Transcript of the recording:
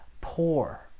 poor